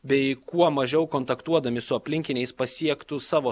bei kuo mažiau kontaktuodami su aplinkiniais pasiektų savo